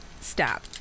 stop